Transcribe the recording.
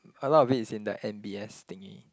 a lot of it is in the m_b_s thingy